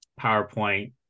PowerPoint